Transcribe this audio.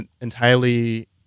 entirely